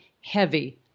heavy